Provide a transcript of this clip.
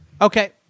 Okay